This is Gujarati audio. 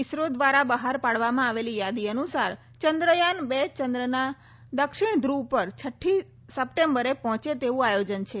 ઈસરો દ્વારા બહાર પાડવામાં આવેલી યાદી અનુસાર ચંદ્રયાન બે ચંદ્રના દક્ષિણ ધ્રવ પર છઠ્ઠી સપ્ટેમ્બરે પહોંચે તેવું આયોજન છે